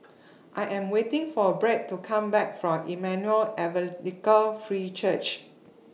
I Am waiting For Britt to Come Back from Emmanuel Evangelical Free Church